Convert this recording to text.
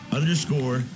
Underscore